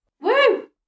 Woo